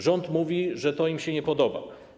Rząd mówi, że to im się nie podoba.